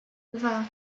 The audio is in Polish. dwa